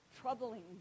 troubling